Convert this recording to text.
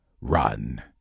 Run